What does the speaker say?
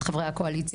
את חברי הקואליציה.